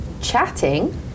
chatting